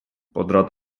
podrad